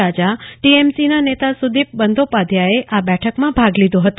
રાજા ટીએમસીના નેતા સુદીપ બંદોપાધ્યાય આ બેઠકમાં ભાગ લીધો હતો